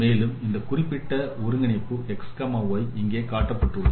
மேலும் இந்த குறிப்பிட்ட ஒருங்கிணைப்பு x y இங்கே காட்டப்பட்டுள்ளது